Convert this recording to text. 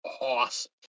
awesome